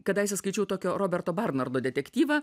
kadaise skaičiau tokio roberto barnardo detektyvą